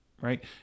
Right